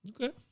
Okay